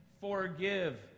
forgive